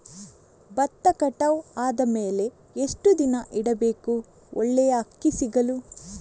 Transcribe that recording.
ಭತ್ತ ಕಟಾವು ಆದಮೇಲೆ ಎಷ್ಟು ದಿನ ಇಡಬೇಕು ಒಳ್ಳೆಯ ಅಕ್ಕಿ ಸಿಗಲು?